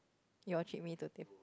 you treat me to